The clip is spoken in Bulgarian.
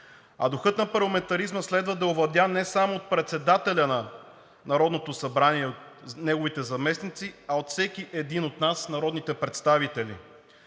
А духът на парламентаризма следва да е овладян не само от председателя на Народното събрание и от неговите заместници, а от всеки един от нас, народните представители,